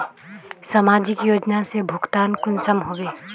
समाजिक योजना से भुगतान कुंसम होबे?